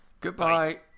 Goodbye